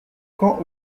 quand